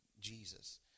Jesus